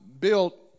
built